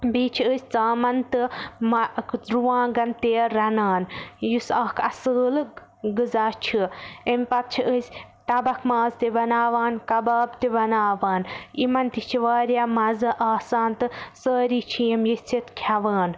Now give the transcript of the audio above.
بیٚیہِ چھِ أسۍ ژامَن تہٕ ما رُوانٛگَن تہِ رَنان یُس اَکھ اَصٕل غزا چھُ اَمہِ پتہٕ چھِ أسۍ تَبَکھ ماز تہِ بَناوان کَباب تہِ بَناوان یِمن تہِ چھُ واریاہ مَزٕ آسان تہٕ سٲری چھِ یِم یِژِھتھ کھیٚوان